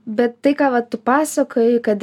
bet tai ką va tu pasakoji kad ir